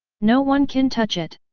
no one can touch it!